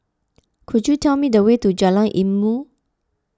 could you tell me the way to Jalan Ilmu